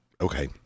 okay